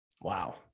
Wow